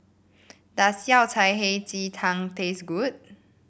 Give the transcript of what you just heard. does Yao Cai Hei Ji Tang taste good